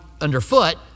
underfoot